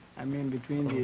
i mean between